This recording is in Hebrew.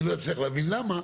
אני לא מצליח להבין למה,